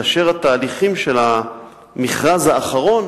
כאשר התהליכים של המכרז האחרון